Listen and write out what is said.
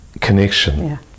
connection